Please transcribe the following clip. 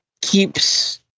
keeps